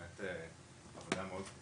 באמת עבודה מאוד,